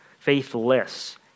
Faithless